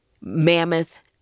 mammoth